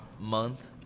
month